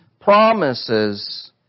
promises